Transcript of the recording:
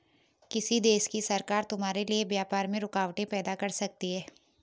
किसी देश की सरकार तुम्हारे लिए व्यापार में रुकावटें पैदा कर सकती हैं